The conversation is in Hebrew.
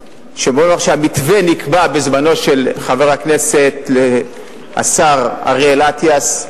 המתווה נקבע בזמנו של חבר הכנסת השר אריאל אטיאס,